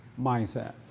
mindset